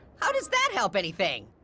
how does that help anything?